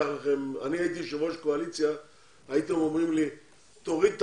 אני הייתי יושב ראש הקואליציה והייתם אומרים לי תוריד את